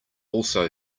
also